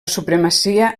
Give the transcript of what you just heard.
supremacia